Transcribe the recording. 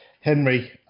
henry